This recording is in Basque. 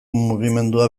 mugimendua